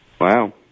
Wow